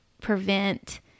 prevent